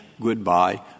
Goodbye